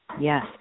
Yes